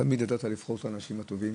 תמיד ידעת לבחור את האנשים הטובים.